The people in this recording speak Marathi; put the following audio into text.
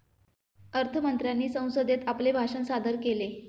अर्थ मंत्र्यांनी संसदेत आपले भाषण सादर केले